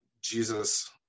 Jesus